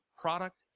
product